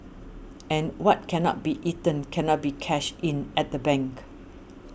and what cannot be eaten cannot be cashed in at the bank